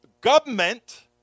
Government